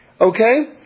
Okay